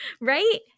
right